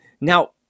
Now